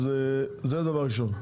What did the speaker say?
אז זה דבר ראשון.